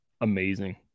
amazing